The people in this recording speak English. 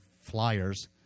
Flyers